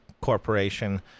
Corporation